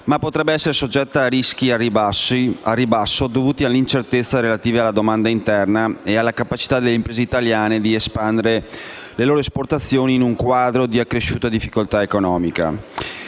ma potrebbe essere soggetta a rischi al ribasso dovuti all'incertezza relativa alla domanda interna e alla capacità delle imprese italiane di espandere le loro esportazioni in un quadro di accresciuta difficoltà economica.